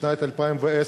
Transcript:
בשנת 2010,